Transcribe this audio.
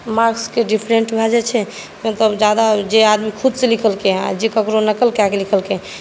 मार्क्सके different भए जाइत छै मतलब ज्यादा जे आदमी खुदसँ लिखलकै हेँ आ जे ककरहु नकल कए कऽ लिखलकै हेँ